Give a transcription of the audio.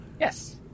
Yes